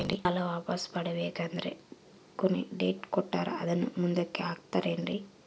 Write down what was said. ಸಾಲ ವಾಪಾಸ್ಸು ಮಾಡಬೇಕಂದರೆ ಕೊನಿ ಡೇಟ್ ಕೊಟ್ಟಾರ ಅದನ್ನು ಮುಂದುಕ್ಕ ಹಾಕುತ್ತಾರೇನ್ರಿ?